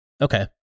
Okay